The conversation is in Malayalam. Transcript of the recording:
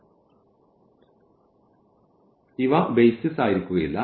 അതിനാൽ ഇവ ബെയ്സിസ് ആയിരിക്കുകയില്ല